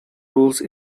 rules